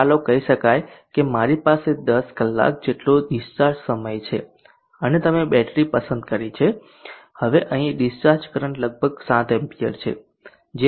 તો ચાલો કહી શકીએ કે મારી પાસે 10 કલાક જેટલો ડિસ્ચાર્જ સમય છે અને તમે બેટરી પસંદ કરી છે હવે અહીં ડીસ્ચાર્જ કરંટ લગભગ 7A છે જે 10 A નથી જઈ રહ્યું